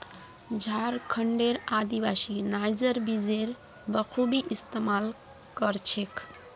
झारखंडेर आदिवासी नाइजर बीजेर बखूबी इस्तमाल कर छेक